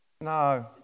No